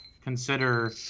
consider